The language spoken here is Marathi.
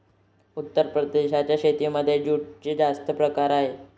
उत्तर प्रदेशाच्या शेतीमध्ये जूटचे जास्त प्रकार नाही